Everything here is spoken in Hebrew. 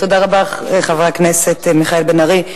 תודה רבה, חבר הכנסת מיכאל בן-ארי.